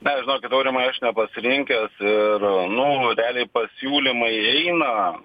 dar žinokit aurimai aš nepasirinkęs ir nu realiai pasiūlymai eina